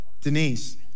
Denise